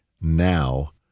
now